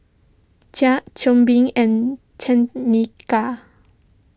Jax Tobin and Tenika